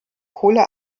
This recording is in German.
kohle